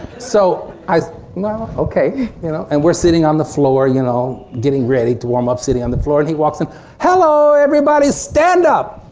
so i know okay you know and we're sitting on the floor you know getting ready to warm up sitting on the floor and he walks in hello everybody! stand up!